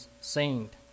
saint